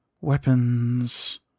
weapons